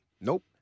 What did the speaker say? Nope